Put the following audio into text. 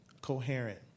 coherent